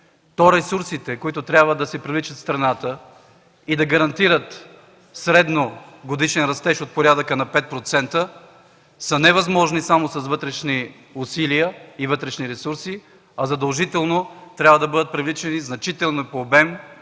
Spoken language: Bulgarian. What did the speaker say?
то ресурсите, които трябва да се привличат в страната и да гарантират средногодишен растеж от порядъка на 5%, са невъзможни само с вътрешни усилия и вътрешни ресурси, а задължително трябва да бъдат привличани значителни по обем